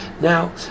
Now